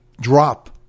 drop